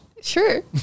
Sure